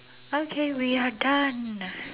okay we are done